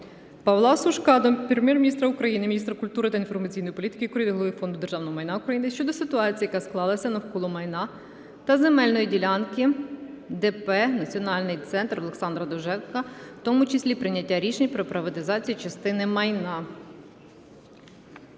Павла Сушка до Прем'єр-міністра України, міністра культури та інформаційної політики України, Голови Фонду державного майна України щодо ситуації, яка склалась навколо майна та земельної ділянки ДП "Національний центр Олександра Довженка", в тому числі прийняття рішень про приватизацію частини майна.